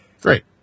Great